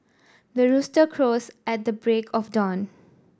the rooster crows at the break of dawn